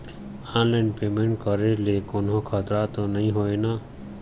Online payment करे ले कोन्हो खतरा त नई हे न?